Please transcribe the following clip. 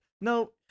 No